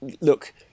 look